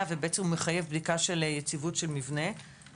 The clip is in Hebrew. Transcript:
ובעצם מחייב בדיקת יציבות של מבנה.